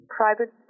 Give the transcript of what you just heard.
private